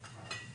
חבר הכנסת מקלב,